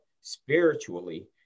Spiritually